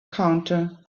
counter